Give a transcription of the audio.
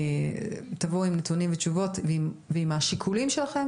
תבואו עם נתונים ותשובות ועם השיקולים שלכם,